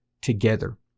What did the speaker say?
together